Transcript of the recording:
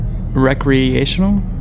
Recreational